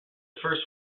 first